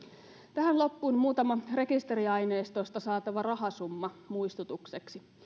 tähän loppuun muutama rekisteriaineistosta saatava rahasumma muistutukseksi